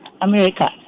America